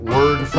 Word